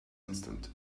instant